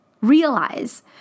realize